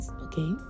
okay